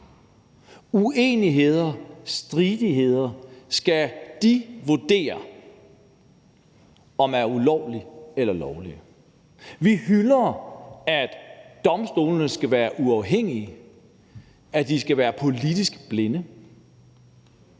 uenigheder og stridigheder skal de vurdere, om noget er ulovligt eller lovligt. Vi hylder, at domstolene skal være uafhængige, at de skal være politisk blinde,